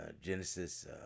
Genesis